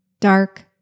dark